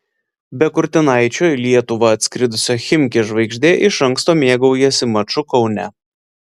be kurtinaičio į lietuvą atskridusio chimki žvaigždė iš anksto mėgaujasi maču kaune